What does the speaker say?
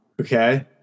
Okay